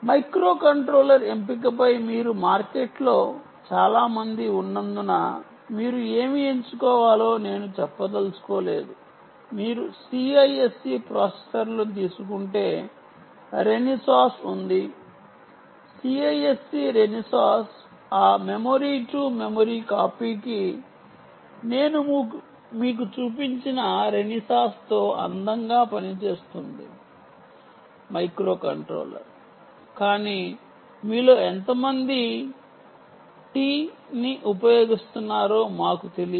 microcontroller ఎంపికపై మీరు మార్కెట్లో చాలా మంది ఉన్నందున మీరు ఏమి ఎంచుకోవాలో నేను చెప్పదలచుకోలేదు మీరు CISC ప్రాసెసర్లను తీసుకుంటే రెనిసాస్ ఉంది CISC రెనిసాస్ ఆ మెమరీ టు మెమరీ కాపీకి నేను మీకు చూపించిన రెనిసాస్తో అందంగా పనిచేస్తుంది మైక్రోకంట్రోలర్ కానీ మీలో ఎంతమంది టి ని ఉపయోగిస్తున్నారో మాకు తెలియదు